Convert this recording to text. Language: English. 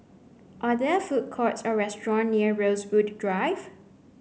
are there food courts or restaurants near Rosewood Drive